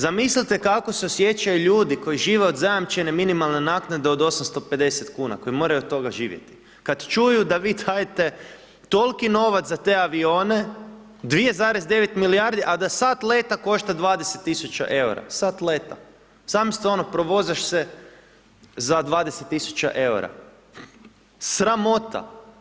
Zamislite kako se osjećaju ljudi koji žive od zajamčene minimalne naknade od 850,00 kn, koji moraju od toga živjeti, kad čuju da vi dajete toliki novac za te avione, 2,9 milijardi, a da sat leta košta 20 000 EUR-a, sat leta, zamislite ono, provozaš se za 20 000 EUR-a, sramota.